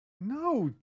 No